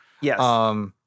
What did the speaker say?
yes